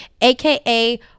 AKA